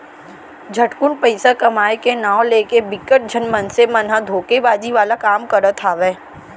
झटकुन पइसा कमाए के नांव लेके बिकट झन मनसे मन ह धोखेबाजी वाला काम करत हावय